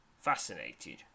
Fascinated